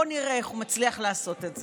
בואו נראה איך הוא מצליח לעשות את זה.